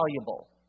valuable